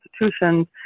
institutions